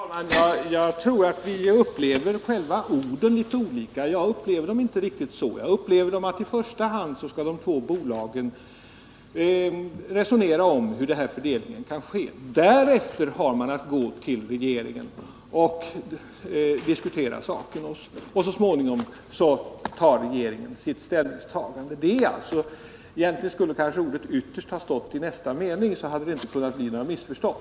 Herr talman! Jag tror att vi upplever själva orden litet olika. Jag upplever dem inte riktigt så. Jag upplever dem på så sätt att i första hand skall de två bolagen resonera om hur fördelningen kan ske, därefter har man att gå till regeringen och diskutera saken, och så småningom tar regeringen ställning. Egentligen skulle kanske ordet ”ytterst” ha stått i nästa mening, så att det inte hade kunnat bli något missförstånd.